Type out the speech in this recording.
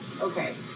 Okay